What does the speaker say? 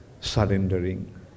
surrendering